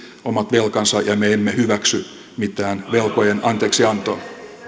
omat velkansa ja me emme hyväksy mitään velkojen anteeksiantoa